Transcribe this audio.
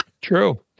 True